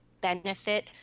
benefit